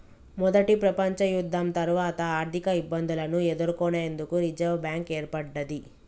మొదటి ప్రపంచయుద్ధం తర్వాత ఆర్థికఇబ్బందులను ఎదుర్కొనేందుకు రిజర్వ్ బ్యాంక్ ఏర్పడ్డది